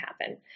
happen